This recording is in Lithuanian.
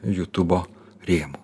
jutubo rėmų